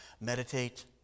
Meditate